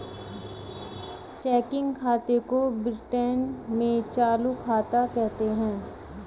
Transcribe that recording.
checking खाते को Britain में चालू खाता कहते हैं